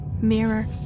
mirror